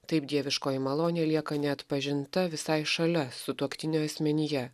taip dieviškoji malonė lieka neatpažinta visai šalia sutuoktinio asmenyje